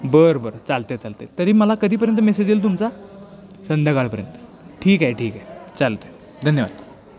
बरं बरं चालतं आहे चालतं आहे तरी मला कधीपर्यंत मेसेज येईल तुमचा संध्याकाळपर्यंत ठीक आहे ठीक आहे चालतं आहे धन्यवाद